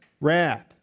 wrath